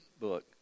book